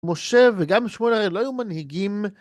משה, וגם שמואל, לא היו מנהיגים.